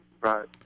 Right